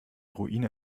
ruine